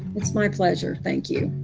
it's my pleasure. thank you.